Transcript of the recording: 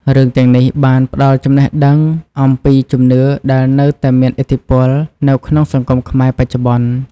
រឿងទាំងនេះបានផ្តល់ចំណេះដឹងអំពីជំនឿដែលនៅតែមានឥទ្ធិពលនៅក្នុងសង្គមខ្មែរបច្ចុប្បន្ន។